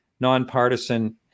nonpartisan